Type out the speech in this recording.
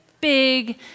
big